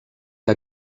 que